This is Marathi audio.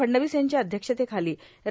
फडणवीस यांच्या अध्यक्षतेखाली रा